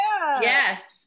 yes